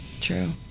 True